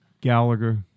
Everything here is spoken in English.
Gallagher